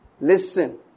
Listen